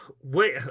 wait